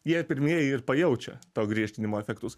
jie pirmieji ir pajaučia to griežtinimo efektus